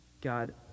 God